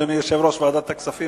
אדוני יושב-ראש ועדת הכספים,